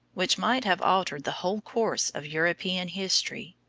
which might have altered the whole course of european history.